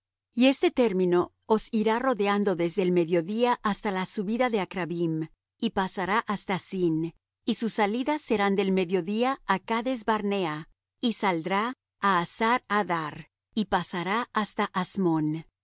y este término os irá rodeando desde el mediodía hasta la subida de acrabbim y pasará hasta zin y sus salidas serán del mediodía á cades barnea y saldrá á hasar addar y pasará hasta asmón